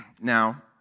now